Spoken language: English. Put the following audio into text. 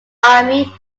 army